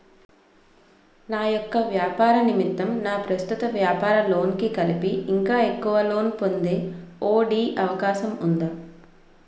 నా యెక్క వ్యాపార నిమిత్తం నా ప్రస్తుత వ్యాపార లోన్ కి కలిపి ఇంకా ఎక్కువ లోన్ పొందే ఒ.డి అవకాశం ఉందా?